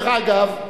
דרך אגב,